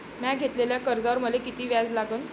म्या घेतलेल्या कर्जावर मले किती व्याज लागन?